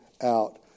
out